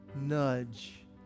nudge